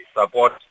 support